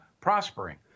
prospering